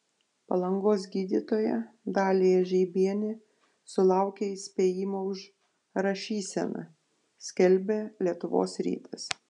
palangos gydytoja dalija žeibienė sulaukė įspėjimo už rašyseną skelbia lietuvos rytas